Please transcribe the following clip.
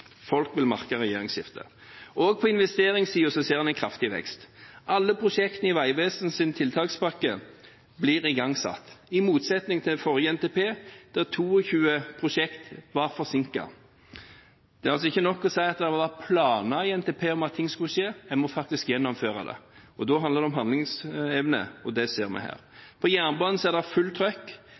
Folk vil merke regjeringsskiftet. Også på investeringssiden ser en en kraftig vekst. Alle prosjektene i Vegvesenets tiltakspakke blir igangsatt, i motsetning til forrige NTP, der 22 prosjekter var forsinket. Det er ikke nok å si at det var planer i NTP om at ting skulle skje, en må faktisk gjennomføre det. Da handler det om handlingsevne, og det ser vi her. Når det gjelder jernbane, er det